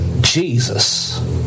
Jesus